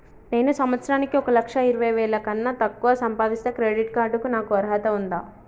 నేను సంవత్సరానికి ఒక లక్ష ఇరవై వేల కన్నా తక్కువ సంపాదిస్తే క్రెడిట్ కార్డ్ కు నాకు అర్హత ఉందా?